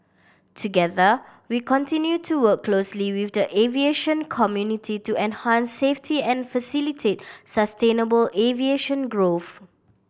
together we continue to work closely with the aviation community to enhance safety and facilitate sustainable aviation growth